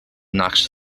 nachts